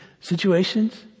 Situations